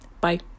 Bye